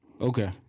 okay